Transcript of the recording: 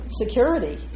security